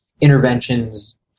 interventions